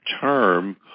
term